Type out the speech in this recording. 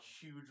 huge